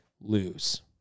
lose